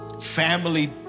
family